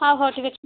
ହଉ ହଉ ଠିକ୍ ଅଛି